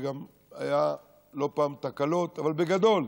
גם היו לא פעם תקלות, אבל בגדול,